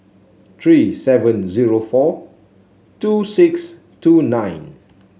three seven zero four two six two nine